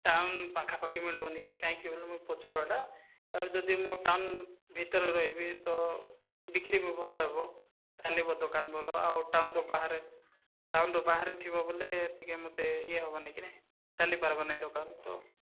town ପାଖାପାଖି ମିଲିବନି କି କାହିଁକି ବୋଲେ ମୁଁ ପଚାରିବାଟା ଆଉ ଯଦି ମୁଁ ଟାଉନ୍ ଭିତରେ ରହିବି ତ ବିକ୍ରି ବି ଭଲ ହେବ ଚାଲିବ ଦୋକାନ୍ ଭଲ ଆଉ ଟାଉନ୍ ବାହାରେ ଟାଉନ୍ର ବାହାରେ ଥିବ ବୋଲେ ଟିକେ ମୋତେ ଇଏ ହେବ ନେଇକିରି ଚାଲିପାରିବନି ଦୋକାନ୍ ତ